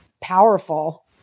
powerful